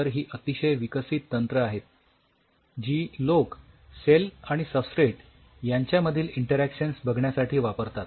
तर ही अतिशय विकसित तंत्र आहेत जी लोक सेल आणि सबस्ट्रेट यांच्या मधील इंटरॅक्शन्स बघण्यासाठी वापरतात